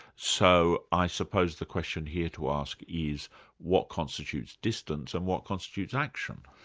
so i suppose the question here to ask is what constitutes distance and what constitutes action.